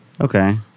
Okay